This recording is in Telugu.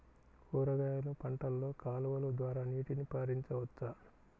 కూరగాయలు పంటలలో కాలువలు ద్వారా నీటిని పరించవచ్చా?